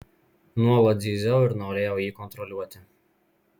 nuolat zyziau ir norėjau jį kontroliuoti